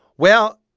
well,